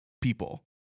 people